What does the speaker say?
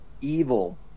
evil